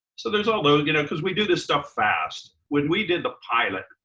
so there's all those, you know cause we do this stuff fast when we did the pilot,